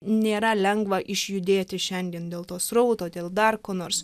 nėra lengva išjudėti šiandien dėl to srauto dėl dar ko nors